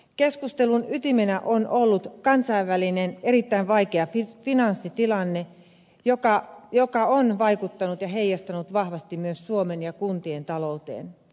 keskustelun ytimenä on ollut kansainvälinen erittäin vaikea finanssitilanne joka on vaikuttanut ja heijastunut vahvasti myös suomen ja kuntien talouteen